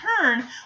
turn